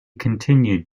continued